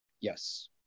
yes